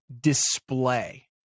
display